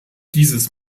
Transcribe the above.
dieses